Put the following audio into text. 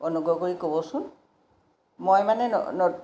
অনুগ্ৰহ কৰি ক'বচোন মই মানে